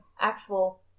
actual